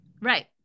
Right